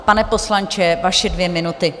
Pane poslanče, vaše dvě minuty.